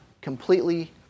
completely